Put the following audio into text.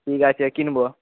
ঠিক আছে কিনব